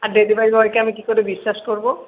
আর delivery বয়কে আমি কি করে বিশ্বাস করবো